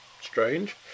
strange